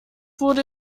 wurde